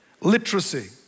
literacy